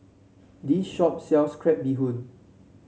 this shop sells Crab Bee Hoon